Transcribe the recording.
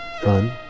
fun